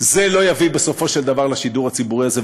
זה לא יביא בסופו של דבר לשידור הציבורי הזה,